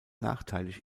nachteilig